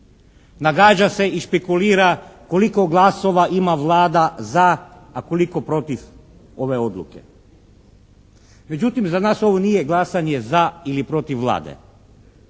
nagađa se i špekulira koliko glasova ima Vlada za a koliko protiv ove odluke. Međutim, za nas ovo nije glasanje za ili protiv Vlade.